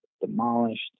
demolished